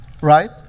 Right